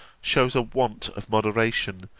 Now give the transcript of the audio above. shews a want of moderation,